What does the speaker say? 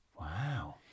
wow